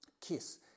kiss